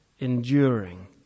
enduring